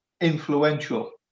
influential